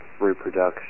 reproduction